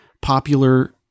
popular